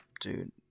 dude